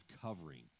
covering